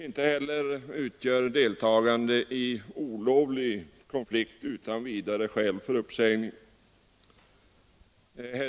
Inte heller utgör deltagande i olovlig arbetskonflikt utan vidare skäl för uppsägning.